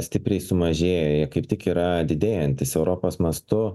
stipriai sumažėję jie kaip tik yra didėjantys europos mąstu